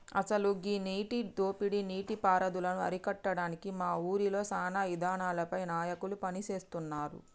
అసలు గీ నీటి దోపిడీ నీటి పారుదలను అరికట్టడానికి మా ఊరిలో సానా ఇదానాలపై నాయకులు పని సేస్తున్నారు